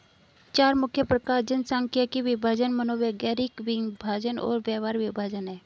चार मुख्य प्रकार जनसांख्यिकीय विभाजन, मनोवैज्ञानिक विभाजन और व्यवहार विभाजन हैं